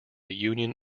union